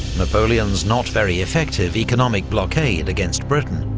napoleon's not very effective economic blockade against britain,